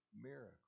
miracle